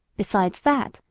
besides that,